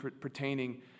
pertaining